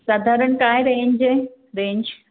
साधारण काय रेंज आहे रेंज